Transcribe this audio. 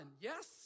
Yes